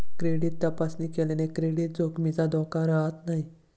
credit तपासणी केल्याने credit जोखमीचा धोका राहत नाही